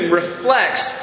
reflects